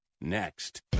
Next